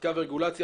חקיקה ורגולציה,